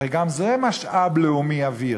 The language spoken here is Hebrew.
הרי גם זה משאב לאומי, אוויר,